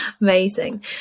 Amazing